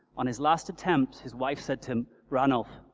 on his last attempt his wife said to him ranulph,